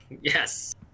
yes